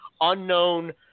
unknown